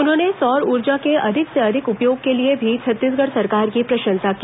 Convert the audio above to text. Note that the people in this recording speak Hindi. उन्होंने सौर ऊर्जा के अधिक से अधिक उपयोग के लिए भी छत्तीसगढ़ सरकार की प्रशंसा की